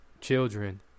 children